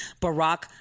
Barack